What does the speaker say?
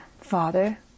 Father